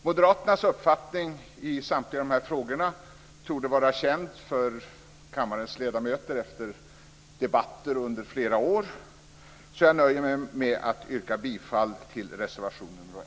Moderaternas uppfattning i samtliga de här frågorna torde vara känd för kammarens ledamöter efter debatter under flera år, så jag nöjer mig med att yrka bifall till reservation nr 1.